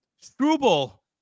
Struble